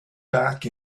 back